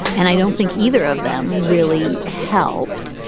and i don't think either of them really helped.